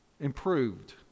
improved